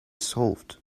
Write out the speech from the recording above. solved